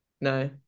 No